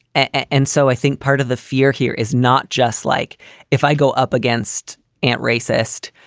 and so i think part of the fear here is not just like if i go up against aren't racist,